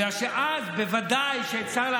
אבל אני עונה: מי שרוצה לשלב חרדים,